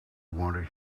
want